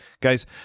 Guys